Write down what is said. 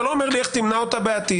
אתה לא אומר לי איך תמנע אותה בעתיד.